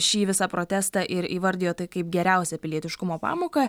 šį visą protestą ir įvardijo tai kaip geriausią pilietiškumo pamoką